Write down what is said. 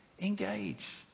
Engage